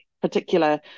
particular